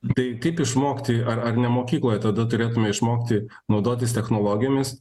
tai kaip išmokti ar ar ne mokykloje tada turėtume išmokti naudotis technologijomis